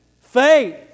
faith